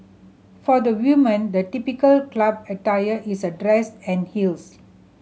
for the women the typical club attire is a dress and heels